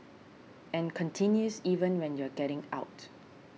and continues even when you're getting out